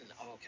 Okay